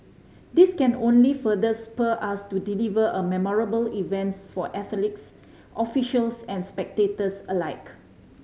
this can only further spur us to deliver a memorable events for athletes officials and spectators alike